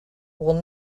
will